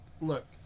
look